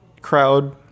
crowd